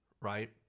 right